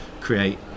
create